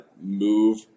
move